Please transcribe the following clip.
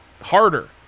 harder